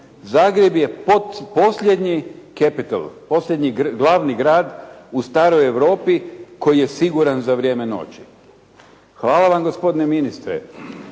capital, posljednji glavni grad u staroj Europi koji je siguran za vrijeme noći. Hvala vam gospodine ministre,